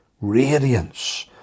radiance